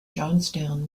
johnstown